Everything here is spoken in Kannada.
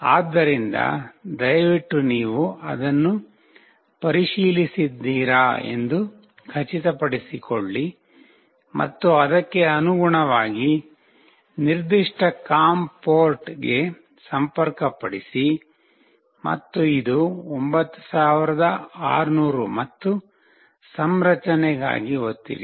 ಆದ್ದರಿಂದ ದಯವಿಟ್ಟು ನೀವು ಅದನ್ನು ಪರಿಶೀಲಿಸಿದ್ದೀರಾ ಎಂದು ಖಚಿತಪಡಿಸಿಕೊಳ್ಳಿ ಮತ್ತು ಅದಕ್ಕೆ ಅನುಗುಣವಾಗಿ ನಿರ್ದಿಷ್ಟ ಕಾಮ್ ಪೋರ್ಟ್ ಗೆ ಸಂಪರ್ಕಪಡಿಸಿ ಮತ್ತು ಇದು 9600 ಮತ್ತು ಸಂರಚನೆಗಾಗಿ ಒತ್ತಿರಿ